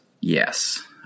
Yes